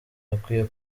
hakwiye